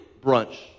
brunch